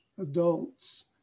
adults